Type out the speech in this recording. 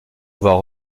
voir